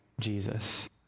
Jesus